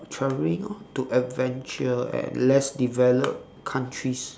traveling orh to adventure at less develop countries